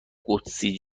قدسی